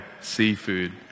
seafood